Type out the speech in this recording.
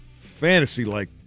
fantasy-like